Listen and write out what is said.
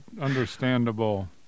understandable